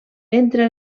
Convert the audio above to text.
entre